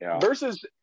versus